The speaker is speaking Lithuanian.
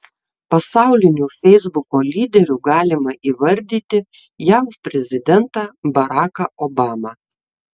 pasauliniu feisbuko lyderiu galima įvardyti jav prezidentą baraką obamą